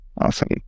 Awesome